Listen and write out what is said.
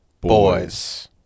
Boys